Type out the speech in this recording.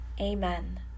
Amen